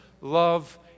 love